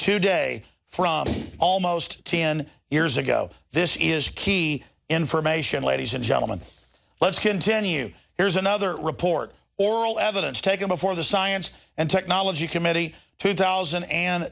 today from almost ten years ago this is key information ladies and gentlemen let's continue here's another report oral evidence taken before the science and technology committee two thousand and